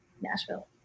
Nashville